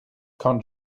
quand